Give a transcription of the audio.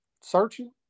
searching